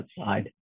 outside